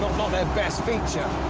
not their best feature,